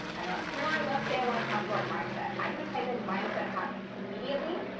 i'm an entrepreneur. ah let's say i want to talk about mindset. i'm going to type in mindset habits. immediately,